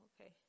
okay